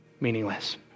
meaningless